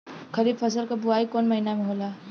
खरीफ फसल क बुवाई कौन महीना में होला?